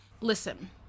Listen